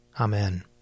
Amen